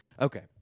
Okay